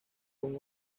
con